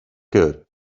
good